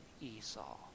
Esau